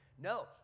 No